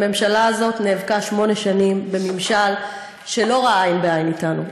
הממשלה הזאת נאבקה שמונה שנים בממשל שלא ראה עין בעין אתנו,